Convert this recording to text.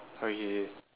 okay K